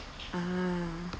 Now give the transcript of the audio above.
ah